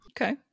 Okay